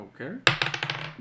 Okay